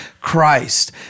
Christ